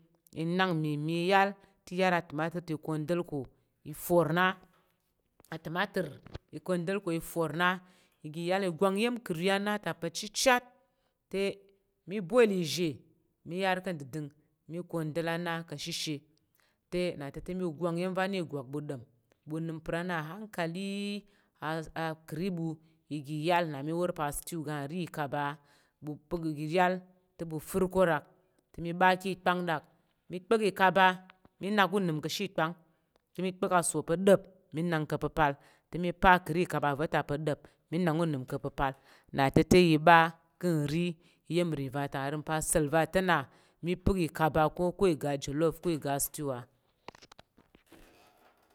Inak mmimí yal te iyar atimatər i kwanɗal ko i for na a timatər i kwanɗal ká̱ i for na i ga yal i gwanga iya̱m kəri ana ta pa̱ chichyat te mi boil izhe mi yar ka̱ dəngdəng mi kwanɗal ana ka̱ shishe te na ta te mi gwang nyen va̱ na ìgwak ɓu ɗom ɓu nəm pər ana ahangkali a a kəri ɓu iga yal na mi wor pa̱ astew ga ri ìkaba ɓukbuk iga yal te ɓu fər ko rak te mi ɓa ki kpang rak mi apək ikaba mi nak u nəm ka̱ shi ikpang te mi pək a so pa̱ dop mi nak kəpəpal te mi pa̱ kəri ikaba va̱ta pa̱ dop mi nak unəm ka̱ pəpal na te te i ɓa ka̱ ri iya̱m ri vata nvəng pa̱ sa̱l va̱ te na mi pək ikaba ko iga jollof, ko ga stewa.